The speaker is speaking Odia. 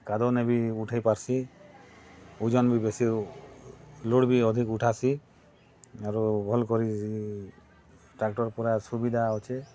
କାଦୁଅ ନେ ବି ଉଠେଇ ପାର୍ସି ଉଜନ ବି ବେଶୀ ଲୋଡ଼ ବି ଅଧିକ ଉଠାସି ଆରୁ ଭଲ୍ କରି ଟ୍ରାକ୍ଟର ପରା ସୁବିଧା ଅଛେ